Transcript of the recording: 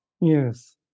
yes